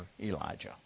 Elijah